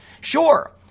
Sure